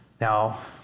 Now